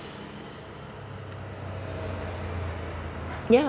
ya